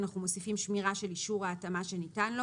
אנחנו מוסיפים שמירה של אישור ההתאמה שניתן לו